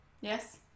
yes